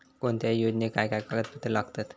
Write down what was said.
कोणत्याही योजनेक काय काय कागदपत्र लागतत?